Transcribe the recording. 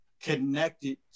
connected